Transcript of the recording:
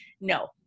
no